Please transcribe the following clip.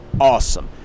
awesome